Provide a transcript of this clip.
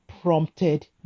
prompted